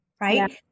right